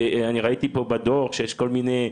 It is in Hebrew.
אני ראיתי פה בדו"ח שיש כל מיני הבחנות,